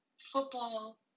football